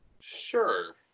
sure